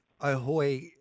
Ahoy